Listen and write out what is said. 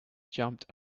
jumped